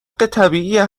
طبیعیه